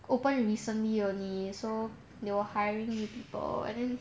open recently only so they were hiring new people and then